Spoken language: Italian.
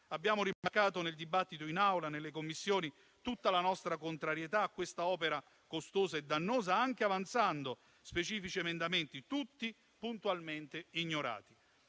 Abbiamo rimarcato, nel dibattito in Aula e nelle Commissioni, tutta la nostra contrarietà a questa opera costosa e dannosa, anche avanzando specifici emendamenti, tutti puntualmente ignorati.